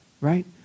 right